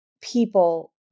people